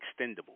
extendable